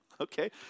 Okay